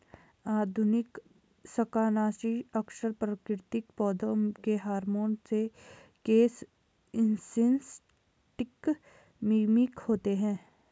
आधुनिक शाकनाशी अक्सर प्राकृतिक पौधों के हार्मोन के सिंथेटिक मिमिक होते हैं